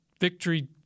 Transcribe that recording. Victory